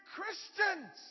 Christians